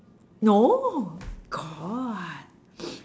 no got